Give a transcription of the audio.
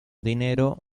dinero